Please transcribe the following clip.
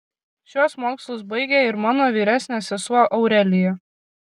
šiuos mokslus baigė ir mano vyresnė sesuo aurelija